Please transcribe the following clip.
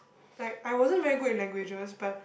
like I wasn't very good in languages but